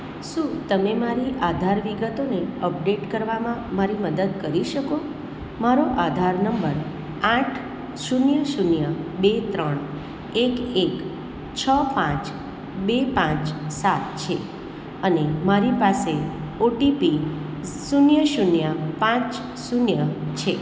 શું તમે મારી આધાર વિગતોને અપડેટ કરવામાં મારી મદદ કરી શકો મારો આધાર નંબર આઠ શૂન્ય શૂન્ય બે ત્રણ એક એક છ પાંચ બે પાંચ સાત છે અને મારી પાસે ઓટીપી શૂન્ય શૂન્ય પાંચ શૂન્ય છે